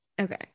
okay